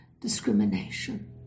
discrimination